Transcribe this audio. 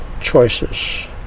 choices